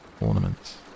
ornaments